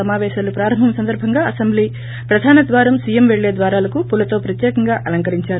సమాపేశాలు ప్రారంభం సందర్భంగా అసెంబ్లీ ప్రదాన ద్వారం సీఎం వెళ్లే ద్వారాలకు పూలతో ప్రత్యేకంగా అలంక రించారు